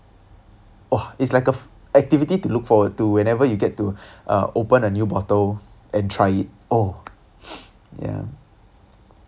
!wah! it's like a~ activity to look forward to whenever you get to uh open a new bottle and try it oh ya